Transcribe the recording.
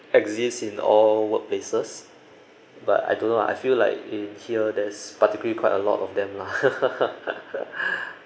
exist in all workplaces but I don't know lah I feel like in here there's particularly quite a lot of them lah